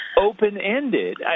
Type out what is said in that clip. open-ended